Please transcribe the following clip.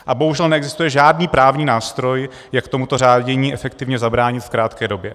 A bohužel neexistuje žádný právní nástroj, jak tomuto řádění efektivně zabránit v krátké době.